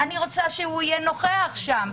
אני רוצה שיהיה נוכח שם.